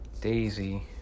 Daisy